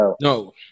No